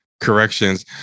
corrections